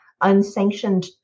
unsanctioned